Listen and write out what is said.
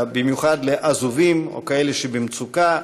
במיוחד לעזובים או לאלה שבמצוקה,